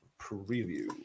preview